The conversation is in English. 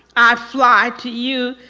i fly to you.